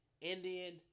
Indian